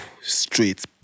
Straight